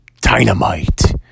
Dynamite